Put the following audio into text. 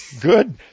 Good